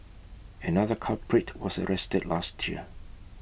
another culprit was arrested last year